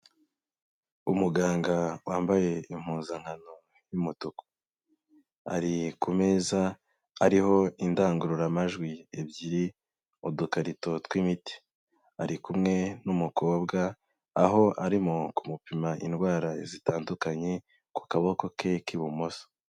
Umuganga wambaye impuzankano y'umutuku, ari ku meza ariho indangururamajwi ebyiri udukarito tw'imiti, ari kumwe n'umukobwa aho arimo ku mupima indwara zitandukanye ku kaboko ke k'ibumoso.